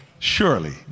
Surely